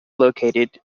located